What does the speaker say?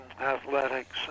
athletics